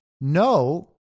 No